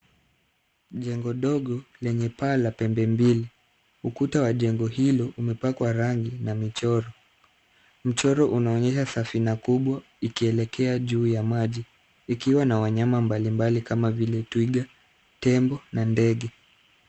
Jengo ndogo lenye paa la pembe mbili. Ukuta wa jengo hilo umepakwa rangi na michoro. Mchoro unaonyesha safina kubwa ikielekea juu ya maji, ikiwa na wanyama mbali mbali kama vile twiga, tembo na ndege.